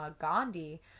gandhi